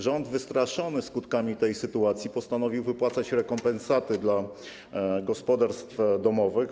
Rząd wystraszony skutkami tej sytuacji postanowił wypłacać rekompensaty dla gospodarstw domowych.